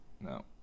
no